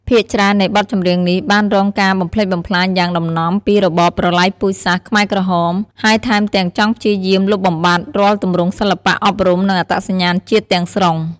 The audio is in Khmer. ភាគច្រើននៃបទចម្រៀងនេះ បានរងការបំផ្លិចបំផ្លាញយ៉ាងដំណំពី របបប្រល័យពូជសាសន៍ខ្មែរក្រហម ហើយថែមទាំងចង់ព្យាយាមលុបបំបាត់រាល់ទម្រង់សិល្បៈ អប់រំ និងអត្តសញ្ញាណជាតិទាំងស្រុង។